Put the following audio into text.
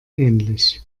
ähnlich